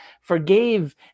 forgave